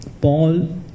Paul